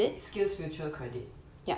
skillsfuture credit